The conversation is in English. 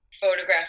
photograph